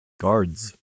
Guards